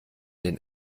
den